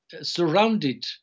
surrounded